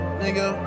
nigga